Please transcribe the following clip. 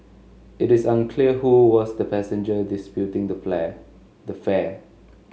it is unclear who was the passenger disputing the the fare